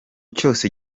cyose